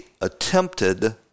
attempted